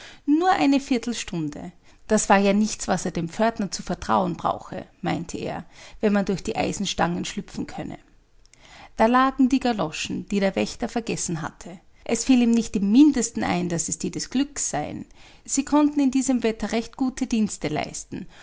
nur eine viertelstunde das war ja nichts was er dem pförtner zu vertrauen brauche meinte er wenn man durch die eisenstangen schlüpfen könne da lagen die galoschen die der wächter vergessen hatte es fiel ihm nicht im mindesten ein daß es die des glückes seien sie konnten in diesem wetter recht gute dienste leisten